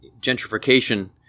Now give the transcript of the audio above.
gentrification